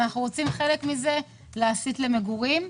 חלק מזה אנחנו רוצים להסיט למגורים.